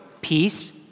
peace